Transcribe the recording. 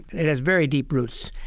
it has very deep roots.